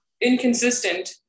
Inconsistent